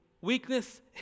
weakness